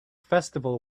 festival